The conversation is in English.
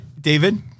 David